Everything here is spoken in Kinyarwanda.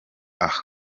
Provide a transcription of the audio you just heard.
aha